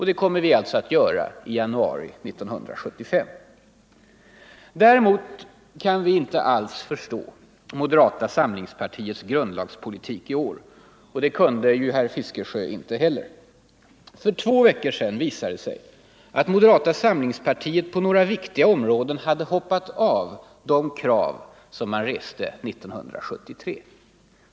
Det kommer vi alltså att göra i januari 1975. Däremot kan vi inte alls förstå moderata samlingspartiets grundlagspolitik i år, och det kunde ju herr Fiskesjö inte heller. För två veckor sedan visade det sig att moderata samlingspartiet på flera punkter hade hoppat av de krav man reste 1973.